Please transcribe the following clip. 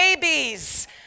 babies